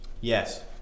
Yes